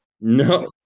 No